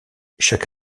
chaque